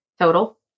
total